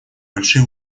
большие